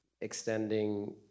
Extending